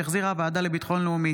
שהחזירה הוועדה לביטחון לאומי.